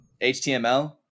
HTML